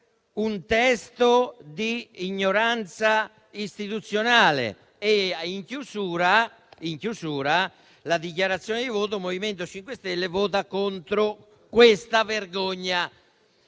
"un testo di ignoranza istituzionale" e, in chiusura della dichiarazione di voto, "il MoVimento 5 Stelle voterà contro questa vergogna".